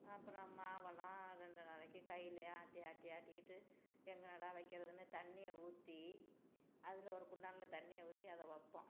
அப்புறம் மாவெல்லாம் ரெண்டு நாளைக்குக் கையிலயே ஆட்டி ஆட்டி ஆட்டிக்கிட்டு எங்கனதான் வைக்கிறதுன்னு தண்ணியை ஊற்றி அதில் ஒரு குண்டானில் தண்ணியை ஊற்றி அதை வைப்போம்